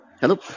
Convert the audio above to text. hello